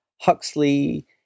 Huxley